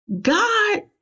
God